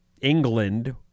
england